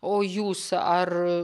o jūs ar